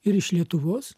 ir iš lietuvos